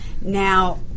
Now